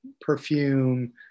perfume